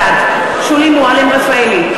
בעד שולי מועלם-רפאלי,